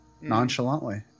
Nonchalantly